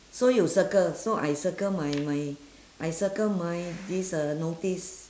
so you circle so I circle my my I circle my this uh notice